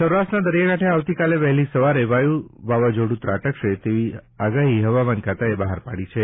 સૌરાષ્ટ્રના દરિયાકાંઠે આવતીકાલે વહેલી સવારે વાયુ વાવાઝોડ્ ત્રાટકશે તેવી આગાહી હવામાન ખાતાએ બહાર પાડી છે